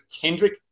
Kendrick